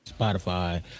Spotify